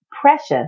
precious